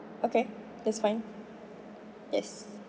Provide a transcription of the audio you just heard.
okay that's fine yes